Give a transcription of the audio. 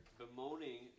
bemoaning